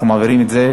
אנחנו מעבירים את זה,